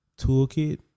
toolkit